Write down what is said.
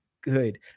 good